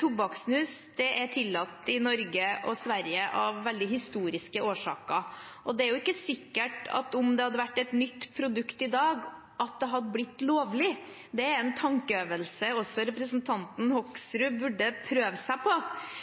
Tobakkssnus er tillatt i Norge og Sverige av historiske årsaker, og om det hadde vært et nytt produkt i dag, er det ikke sikkert at det hadde blitt lovlig. Det er en tankeøvelse også representanten Hoksrud burde prøve seg på.